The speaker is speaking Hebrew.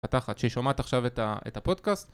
מפתחת שהיא שומעת עכשיו את הפודקאסט